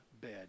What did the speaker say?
bed